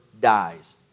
dies